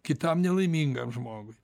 kitam nelaimingam žmogui